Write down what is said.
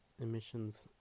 emissions